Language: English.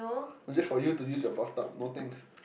no just for you to use your bath tub no thanks